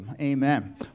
Amen